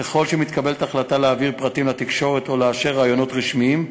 ככל שמתקבלת החלטה להעביר פרטים לתקשורת או לאשר ראיונות רשמיים,